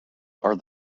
are